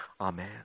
Amen